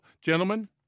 Gentlemen